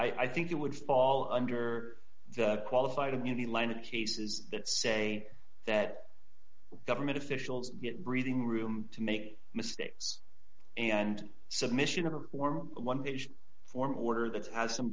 believe i think it would fall under the qualified immunity line of cases that say that government officials get breathing room to make mistakes and submission or warm one form order that has some